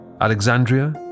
Alexandria